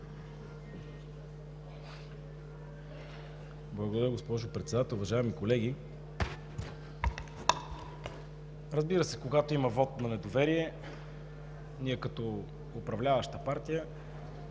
Благодаря. Госпожо Председател, уважаеми колеги! Разбира се, когато има вот на недоверие, ние като управляваща партия